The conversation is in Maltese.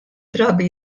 drabi